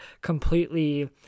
completely